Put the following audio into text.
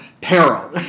peril